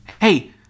Hey